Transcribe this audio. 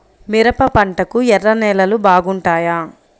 మిరప పంటకు ఎర్ర నేలలు బాగుంటాయా?